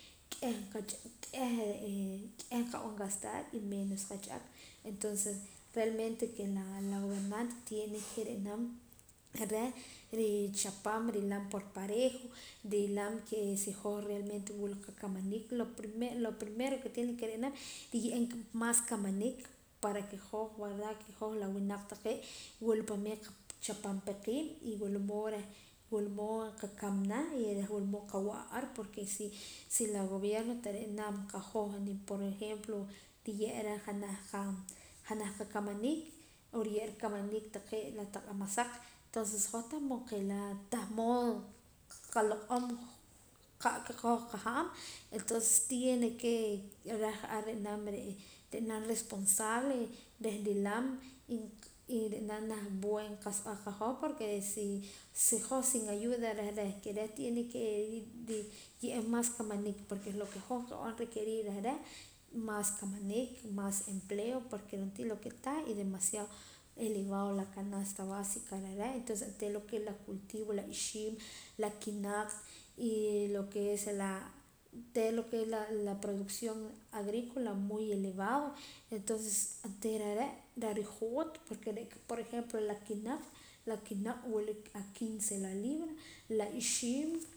Ke'h nch'aq k'eh eeh k'eh nqab'an gastar y menos qach'ak entonces realmente ke naa na wunaq tiene ke ra'nam reh re'richapam ri'nam por parejo rilam ke si hoj realmente wila akamaniik lo primero lo primero ke tiene ke ri'nam riye'eem maas kamanik para ke hoj verdad ke hoj la wunaq taqee' wul pa'meer qachapampa qiib' y wulmoor reh wulmood qakamana y reh wulmood qawa'a ar porque si si la gobierno tara'nam qahoj ni por ejemplo riye'ra janaj qa janaj qakamaniik o riye'ra kamanik taqee' la taq amasaq tonces hoj tahmood nqila tahmood qaloq'om qa'ka hoj qajaamm entonces tiene ke reh ja'ar ri'nam re' ri'nam responsable reh rilam y ri'nam naj buen qa'sa b'eh qahoj porque si si hoj sin ayuda reh reh ke reh tiene kee nriye'eem mas kamanik porque lo que hoj nqab'an requerir reh reh maas kamanik maas empleo porque ro'ntii lo ke tah es demasiado elevado la canasta básica reh reh entonces onteera lo ke la cultivo la ixiim la kinaq' y lo ke es laa' onteera lo ke es la la producción agrícola muy elevado entonces onteera are' reh rijoot poque re'ka por ejemplo la kinaq' la kinaq' wula a quince la libra la ixiim